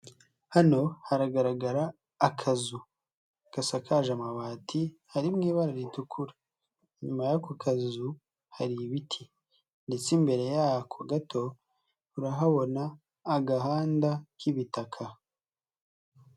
Hano haragaragara akazu gasakaje amabati ari mu ibara ritukura, inyuma y'ako kazu hari ibiti ndetse imbere yako gato urahabona agahanda k'ibitaka.